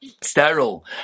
Sterile